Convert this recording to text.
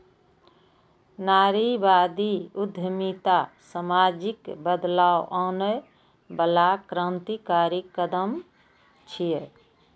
नारीवादी उद्यमिता सामाजिक बदलाव आनै बला क्रांतिकारी कदम छियै